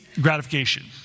gratification